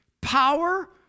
power